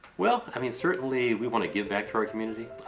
well i mean certainly we want to give back to our community.